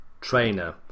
trainer